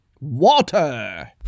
Water